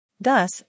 Thus